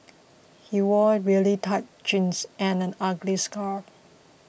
he wore really tight jeans and an ugly scarf